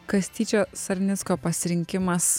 kastyčio sarnicko pasirinkimas